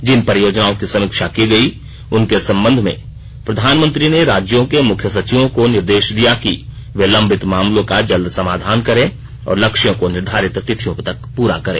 जिन परियोजनाओं की समीक्षा की गई उनके संबंध में प्रधानमंत्री ने राज्यों के मुख्य संचिवों को निर्देश दिया कि वे लंबित मामलों का जल्द समाधान करें और लक्ष्यों को निर्धारित तिथियों तक पूरा करें